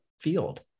field